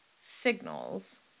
signals